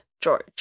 George